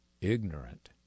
ignorant